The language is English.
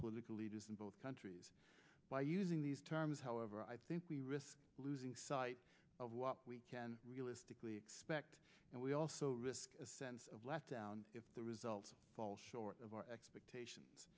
political leaders in both countries by using these terms however i think we risk losing sight of what we can realistically expect and we also risk a sense of let down if the results fall short of our expectations